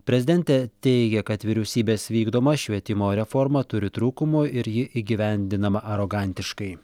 prezidentė teigia kad vyriausybės vykdoma švietimo reforma turi trūkumų ir ji įgyvendinama arogantiškai